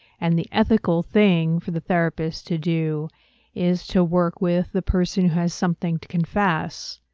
and the ethical thing for the therapist to do is to work with the person who has something to confess.